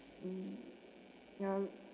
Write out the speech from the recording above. mm ya